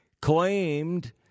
claimed